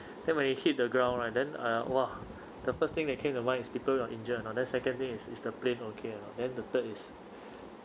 then when you hit the ground right then ah !wah! the first thing that came to mind is people you're injured or not then second thing is is the plane okay or not then the third is